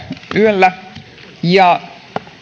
yöllä ja